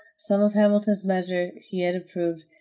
some of hamilton's measures he had approved,